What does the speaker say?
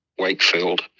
Wakefield